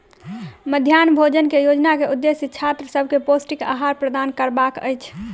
मध्याह्न भोजन योजना के उदेश्य छात्र सभ के पौष्टिक आहार प्रदान करबाक अछि